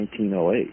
1908